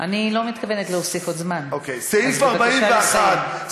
אני לא מתכוונת להוסיף עוד זמן, אז בבקשה לסיים.